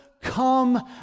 come